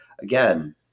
again